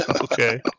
Okay